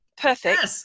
perfect